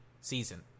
season